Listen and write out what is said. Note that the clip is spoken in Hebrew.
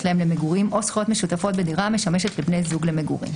להם למגורים או זכויות משותפות בדירה המשמשת לבני זוג למגורים,